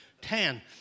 Ten